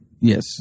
yes